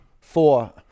four